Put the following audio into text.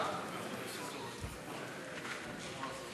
כהצעת הוועדה, נתקבלו.